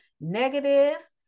negative